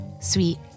sweet